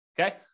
Okay